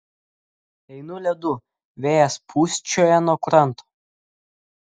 einu ledu vėjas pūsčioja nuo kranto